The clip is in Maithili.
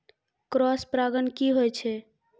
क्रॉस परागण की होय छै?